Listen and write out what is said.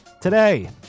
Today